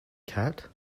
cat